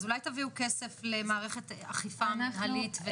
אז אולי תביאו כסף למערכת אכיפה מינהלית?